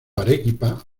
arequipa